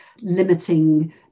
limiting